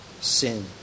sin